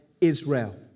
Israel